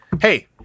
Hey